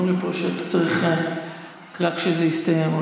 אומרים לי פה שאתה יכול רק כשזה יסתיים,